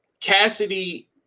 Cassidy